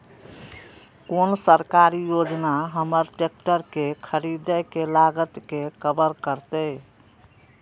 कोन सरकारी योजना हमर ट्रेकटर के खरीदय के लागत के कवर करतय?